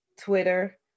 Twitter